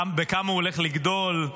בכמה הוא הולך לגדול?